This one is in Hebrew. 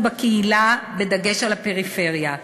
שרת הבריאות, בבקשה.